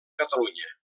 catalunya